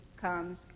comes